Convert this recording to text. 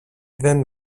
δεν